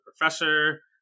professor